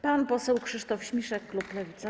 Pan poseł Krzysztof Śmiszek, klub Lewica.